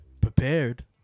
prepared